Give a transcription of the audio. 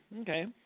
Okay